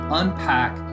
unpack